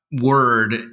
word